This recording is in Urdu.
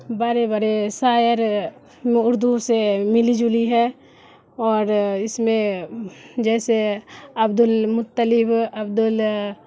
بڑے بڑے شاعر اردو سے ملی جلی ہے اور اس میں جیسے عبد المطلب عبدل